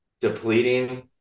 depleting